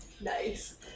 Nice